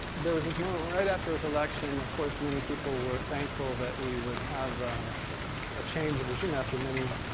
there was this moment right after his election, of course many people were thankful that we would have a change of regime after many,